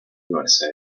usa